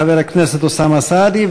חבר הכנסת אוסאמה סעדי,